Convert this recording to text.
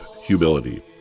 humility